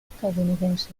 estadounidense